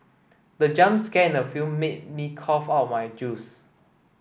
the jump scare in the film made me cough out my juice